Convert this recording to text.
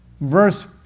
verse